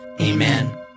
Amen